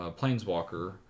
planeswalker